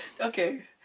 okay